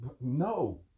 no